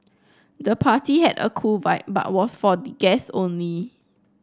the party had a cool vibe but was for the guest only